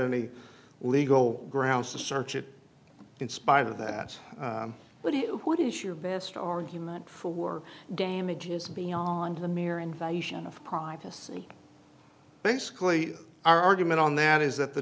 any legal grounds to search it in spite of that what do you what is your best argument for damages beyond a mere invasion of privacy basically our argument on that is that the